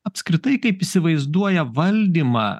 apskritai kaip įsivaizduoja valdymą